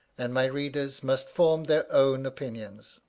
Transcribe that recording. and my readers must form their own opinions.